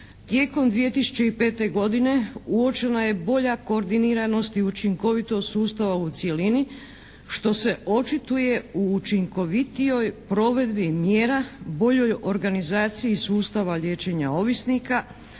"Tijekom 2005. godine uočena je bolja koordiniranost i učinkovitost sustava u cjelini što se očituje u učinkovitijoj provedbi mjera, boljoj organizaciji sustava liječenja ovisnika,